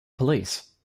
police